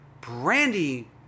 Brandy